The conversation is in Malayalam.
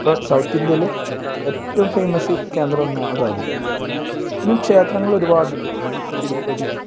ഇപ്പം സൗത്ത് ഇന്ത്യയിൽ ഏറ്റോം ഫേമസ്സ് കേന്ദ്രംന്ന് അതാന്ന് പിന്നെ ക്ഷേത്രങ്ങളൊരുപാടുണ്ട് തിരുപ്പതി